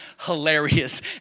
hilarious